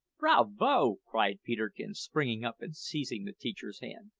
bravo! cried peterkin, springing up and seizing the teacher's hand.